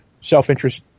self-interest